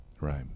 Right